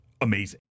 amazing